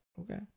Okay